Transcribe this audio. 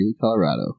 Colorado